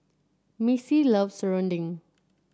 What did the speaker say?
Missy loves serunding